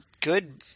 good